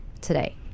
today